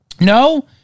No